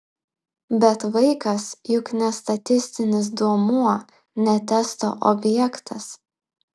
bet vaikas juk ne statistinis duomuo ne testo objektas